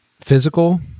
physical